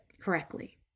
correctly